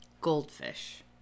Goldfish